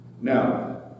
Now